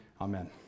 Amen